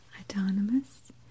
Autonomous